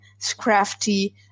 Scrafty